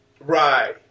Right